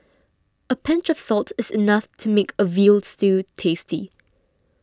a pinch of salt is enough to make a Veal Stew tasty